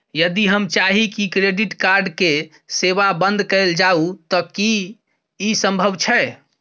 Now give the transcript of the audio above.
यदि हम चाही की क्रेडिट कार्ड के सेवा बंद कैल जाऊ त की इ संभव छै?